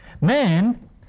Man